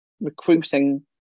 recruiting